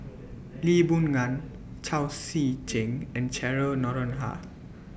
Lee Boon Ngan Chao Tzee Cheng and Cheryl Noronha